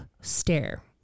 stare